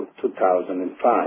2005